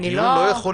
לא.